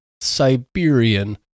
Siberian